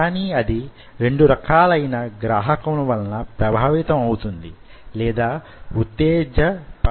కాని అది రెండు రకాలైన గ్రాహకముల వలన ప్రభావితం అవుతుంది లేదా వుత్తేజపరచబడుతుంది